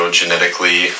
genetically